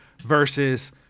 versus –